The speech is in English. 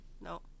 No